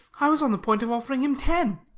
i was on the point of offering him ten.